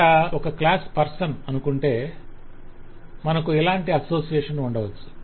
ఇక్కడ ఒక class person ఉంటే మనకు ఇలాంటి అసోసియేషన్ ఉండవచ్చు